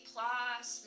Plus